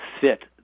fit